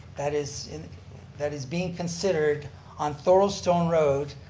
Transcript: that is that is being considered on thorold stone road.